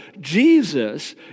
Jesus